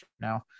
now